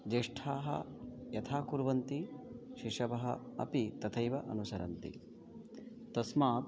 ज्येष्ठाः यथा कुर्वन्ति शिशवः अपि तथैव अनुसरन्ति तस्मात्